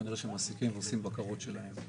כנראה שהם מעסיקים ועושים בקרות שלהם.